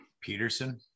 Peterson